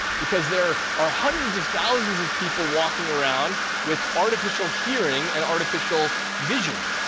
because there are hundreds of thousands of people walking around with artificial hearing and artificial vision.